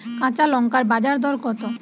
কাঁচা লঙ্কার বাজার দর কত?